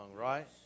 right